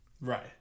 Right